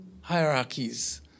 hierarchies